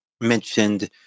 mentioned